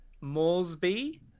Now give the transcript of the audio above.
Moresby